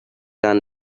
run